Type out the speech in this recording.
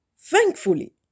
thankfully